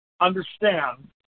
understand